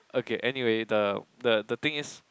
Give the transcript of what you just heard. okay anyway the the the thing is